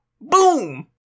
Boom